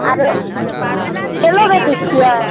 आरो फलो रखै छियै